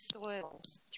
soils